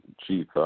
chief